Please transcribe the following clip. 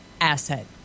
asset